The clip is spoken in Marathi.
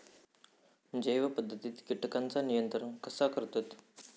जैव पध्दतीत किटकांचा नियंत्रण कसा करतत?